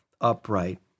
upright